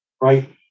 right